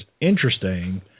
interesting